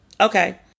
Okay